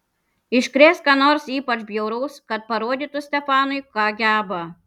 iškrės ką nors ypač bjauraus kad parodytų stefanui ką geba